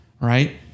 right